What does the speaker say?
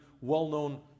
well-known